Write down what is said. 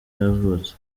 yavutse